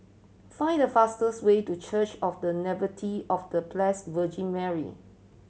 find the fastest way to Church of The Nativity of The Blessed Virgin Mary